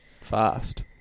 fast